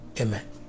Amen